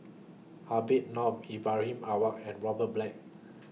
Habib Noh Ibrahim Awang and Robert Black